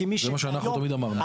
זה מה שתמיד אמרנו.